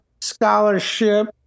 scholarship